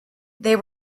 they